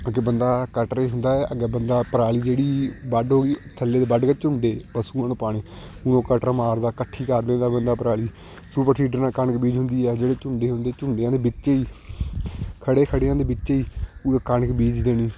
ਅੱਗੇ ਬੰਦਾ ਕੱਟਰ ਹੈ ਹੁੰਦਾ ਅੱਗੇ ਬੰਦਾ ਪਰਾਲੀ ਜਿਹੜੀ ਵੱਢ ਹੋ ਗਈ ਥੱਲੇ ਵੱਢ ਕੇ ਝੁੰਡੇ ਪਸ਼ੂਆਂ ਨੂੰ ਪਾਉਣੇ ਹੁਣ ਉਹ ਕਟਰ ਮਾਰਦਾ ਇਕੱਠੀ ਕਰ ਦਿੰਦਾ ਬੰਦਾ ਪਰਾਲੀ ਸੁਪਰਸੀਡਰ ਨਾਲ ਕਣਕ ਬੀਜ ਹੁੰਦੀ ਹੈ ਜਿਹੜੇ ਝੁੰਡੇ ਹੁੰਦੇ ਝੁੰਡਿਆਂ ਦੇ ਵਿੱਚੇ ਹੀ ਖੜ੍ਹੇ ਖੜ੍ਹਿਆਂ ਦੇ ਵਿੱਚ ਉਹ ਕਣਕ ਬੀਜ ਦੇਣੀ